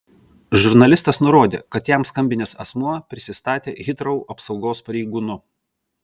žurnalistas nurodė kad jam skambinęs asmuo prisistatė hitrou apsaugos pareigūnu